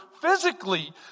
physically